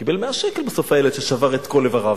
הוא קיבל 100 שקל בסוף, הילד ששבר את כל איבריו.